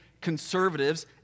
conservatives